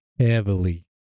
heavily